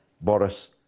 Boris